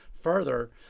Further